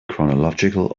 chronological